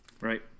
right